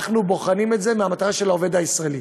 אנחנו בוחנים את זה מהמטרה של העובד הישראלי.